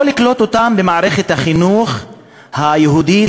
או לקלוט אותם במערכת החינוך היהודית,